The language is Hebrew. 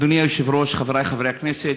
אדוני היושב-ראש, חבריי חברי הכנסת,